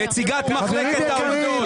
נציגת מחלקת העובדות.